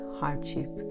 hardship